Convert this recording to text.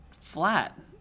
flat